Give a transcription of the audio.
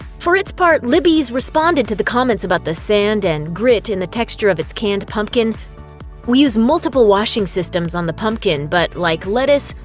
for its part, libby's responded to the comments about sand and grit in the texture of its canned pumpkin we use multiple washing systems on the pumpkin but, like lettuce,